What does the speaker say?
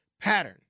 pattern